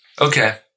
Okay